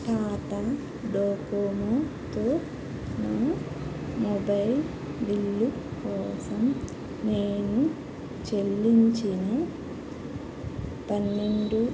Tata Docomo తో నా mobile bill కోసం నేను చెల్లించిన పన్నెండు